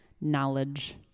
knowledge